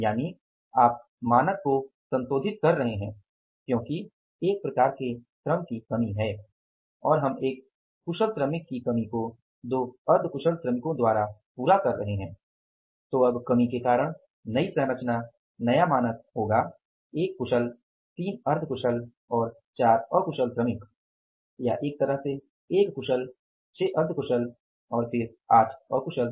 यानि आप मानक को संशोधित कर रहे हैं क्योंकि 1 प्रकार के श्रम की कमी है और हम एक कुशल श्रमिक की कमी को 2 अर्ध कुशल श्रमिको से पूरा कर रहे है1 तो अब कमी के कारण नई संरचना नया मानक होगा 1 कुशल 3 अर्ध कुशल और 4 अकुशल श्रमिक होंगे या एक तरह से 1 कुशल 6 अर्ध कुशल और फिर 8 अकुशल